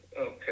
Okay